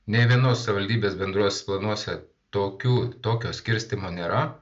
nė vienos savivaldybės bendruose planuose tokių tokio skirstymo nėra